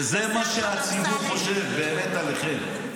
וזה מה שהציבור חושב באמת עליכם.